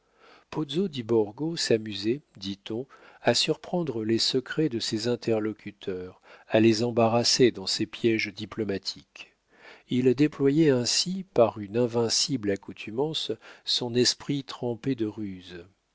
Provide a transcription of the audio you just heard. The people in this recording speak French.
pozzo di borgo s'amusait dit-on à surprendre les secrets de ses interlocuteurs à les embarrasser dans ses piéges diplomatiques il déployait ainsi par une invincible accoutumance son esprit trempé de ruse